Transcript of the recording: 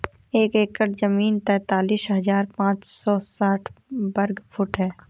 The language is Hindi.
एक एकड़ जमीन तैंतालीस हजार पांच सौ साठ वर्ग फुट है